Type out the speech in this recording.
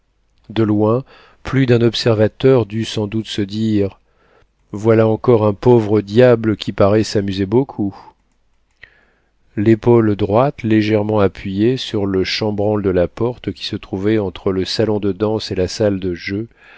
de loin plus d'un observateur dut sans doute se dire voilà encore un pauvre diable qui paraît s'amuser beaucoup l'épaule droite légèrement appuyée sur la chambranle de la porte qui se trouvait entre le salon de danse et la salle de jeu